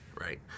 Right